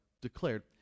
declared